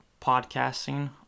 podcasting